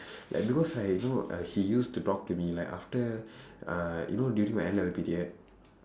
like because like you know he used to talk to me like after uh you know during my N level period